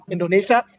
Indonesia